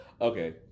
Okay